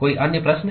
कोई अन्य प्रश्न